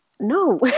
No